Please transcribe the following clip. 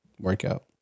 Workout